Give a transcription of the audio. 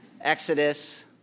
Exodus